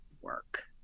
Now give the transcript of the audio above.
work